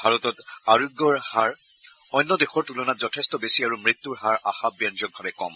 ভাৰতত আৰোগ্যৰ হাৰ অন্য দেশৰ তূলনাত যথেষ্ট বেছি আৰু মৃত্যূৰ হাৰ আশাব্যঞ্জকভাৱে কম